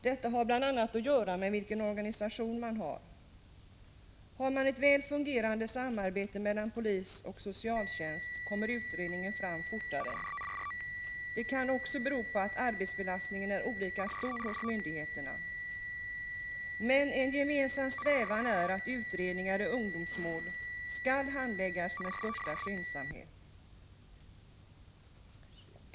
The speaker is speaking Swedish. Detta har bl.a. att göra med vilken organisation man har. Har man ett väl fungerande samarbete mellan polis och socialtjänst, kommer utredningen fram fortare. Det kan också bero på att arbetsbelastningen är olika stor hos myndigheterna. Men en gemensam strävan är att utredningar i ungdomsmål skall handläggas med största skyndsamhet.